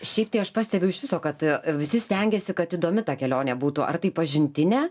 šiaip tai aš pastebiu iš viso kad visi stengiasi kad įdomi ta kelionė būtų ar tai pažintinė